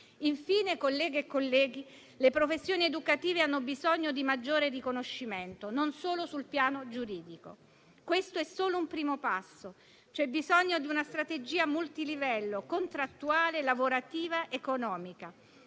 Infine, colleghe e colleghi, le professioni educative hanno bisogno di maggiore riconoscimento, e non solo sul piano giuridico. Questo è solo un primo passo. C'è bisogno di una strategia multilivello, contrattuale, lavorativa, economica,